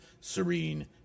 serene